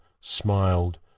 smiled